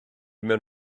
mewn